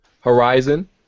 Horizon